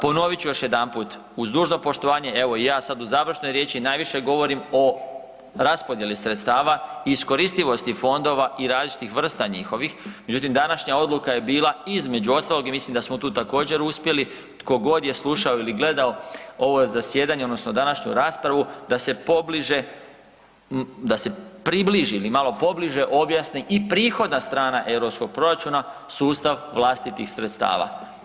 Ponovit ću još jedanput, uz dužno poštovanje, evo i ja sad u završnoj riječi najviše govorim o raspodjeli sredstava, iskoristivosti fondova i različitih vrsta njihovih međutim današnja odluka je bila između ostalog i mislim da smo tu također uspjeli, tko god je slušao ili gledao ovo zasjedanje odnosno današnju raspravu, da se pobliže, da se približi ili malo pobliže objasni i prihodna strana europskog proračuna, sustav vlastitih sredstava.